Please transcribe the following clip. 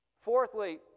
Fourthly